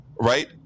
right